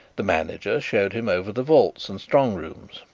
the manager showed him over the vaults and strong-rooms,